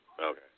Okay